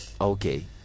Okay